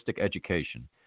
education